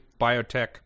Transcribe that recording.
biotech